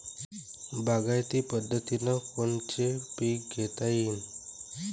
बागायती पद्धतीनं कोनचे पीक घेता येईन?